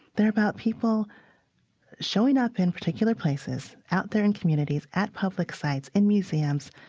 they're about people showing up in particular places out there in communities, at public sites, in museums,